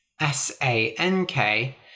S-A-N-K